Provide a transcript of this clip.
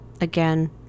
again